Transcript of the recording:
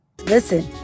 Listen